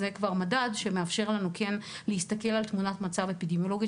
זה כבר מדד שכן מאפשר לנו להסתכל על תמונת המצב האפידמיולוגית